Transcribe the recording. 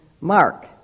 Mark